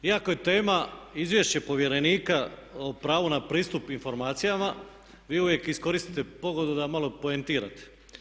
Iako je tema izvješće povjerenika, pravo na pristup informacijama vi uvijek iskoristite pogodu da malo poentirate.